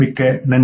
மிக்க நன்றி